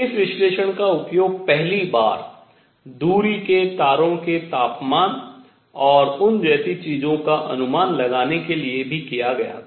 इस विश्लेषण का उपयोग पहली बार दूरी के तारों के तापमान और उन जैसी चीजों का अनुमान लगाने के लिए भी किया गया था